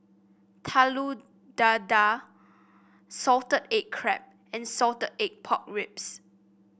Telur Dadah Salted Egg Crab and Salted Egg Pork Ribs